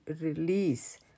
release